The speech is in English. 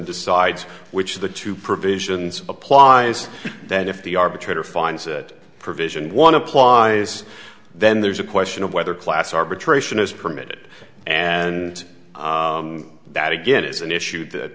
decides which of the two provisions applies that if the arbitrator finds that provision one applies then there's a question of whether class arbitration is permitted and that again is an issue that